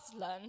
learn